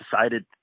decided